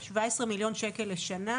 שבע עשרה מיליון שקל לשנה,